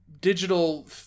digital